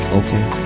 okay